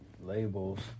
labels